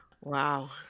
Wow